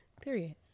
Period